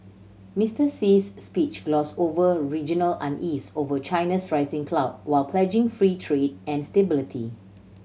Mister Xi's speech glossed over regional unease over China's rising clout while pledging free trade and stability